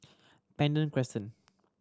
Pandan Crescent